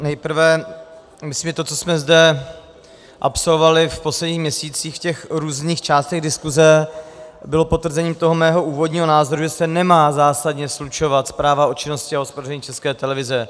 Nejprve myslím, že to, co jsme zde absolvovali v posledních měsících v těch různých částech diskuse, bylo potvrzením toho mého úvodního názoru, že se nemá zásadně slučovat zpráva o činnosti a hospodaření České televize.